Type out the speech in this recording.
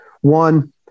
One